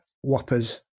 whoppers